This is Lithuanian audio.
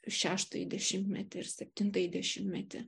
šeštąjį dešimtmetį ir septintąjį dešimtmetį